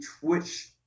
Twitch